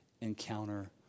encounter